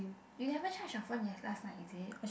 you never charge your phone ye~ last night is it